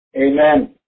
Amen